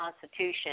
Constitution